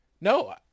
no